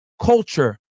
culture